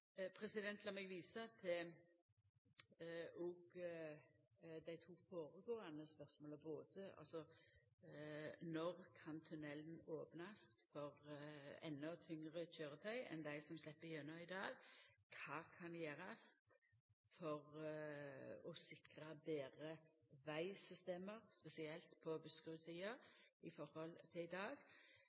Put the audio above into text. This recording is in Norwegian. meg òg visa til dei to føregåande spørsmåla, både om når tunnelen kan opnast for enda tyngre kjøretøy enn dei som slepp igjennom i dag, og om kva som kan gjerast for å sikra betre vegsystem spesielt på Buskerud-sida i høve til i dag.